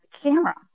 camera